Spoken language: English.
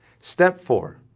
step four.